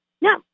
No